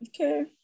Okay